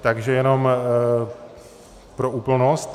Takže jenom pro úplnost.